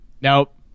nope